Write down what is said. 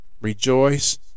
rejoice